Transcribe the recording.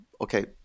okay